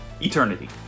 eternity